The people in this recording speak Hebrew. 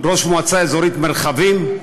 ראש מועצה אזורית מרחבים,